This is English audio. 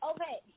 Okay